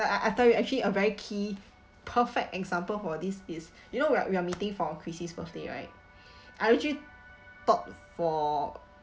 I I tell you actually a very key perfect example for this is you know right we are meeting for chrissie 's birthday right I actually thought for